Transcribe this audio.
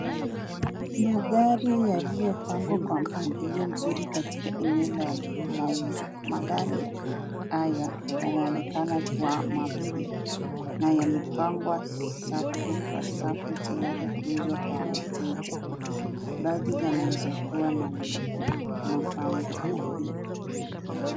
Magari yaliyopangwa kwa mpangilio mzuri katika eneo la mauzo. Magari haya yanaonekana kuwa mapya na yamepangwa safu kwa safu tayari kuuzwa kwa wateja. Baadhi yanaweza kuwa na mapango ya bei.